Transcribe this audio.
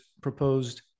proposed